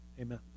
Amen